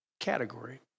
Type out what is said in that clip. Category